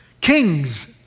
Kings